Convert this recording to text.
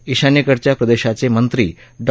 ईशान्यकडच्या प्रदेशाचे मंत्री डॉ